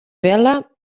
bela